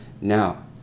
Now